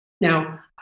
now